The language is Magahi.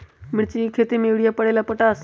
मिर्ची के खेती में यूरिया परेला या पोटाश?